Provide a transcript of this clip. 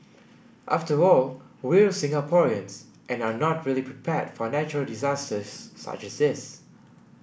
after all we're Singaporeans and are not really prepared for natural disasters such as this